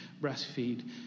breastfeed